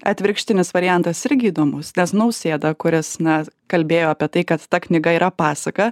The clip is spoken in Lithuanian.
atvirkštinis variantas irgi įdomus nes nausėda kuris na kalbėjo apie tai kad ta knyga yra pasaka